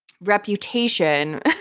reputation